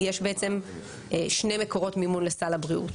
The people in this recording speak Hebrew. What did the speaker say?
יש בעצם שני מקורות מימון לסל הבריאות,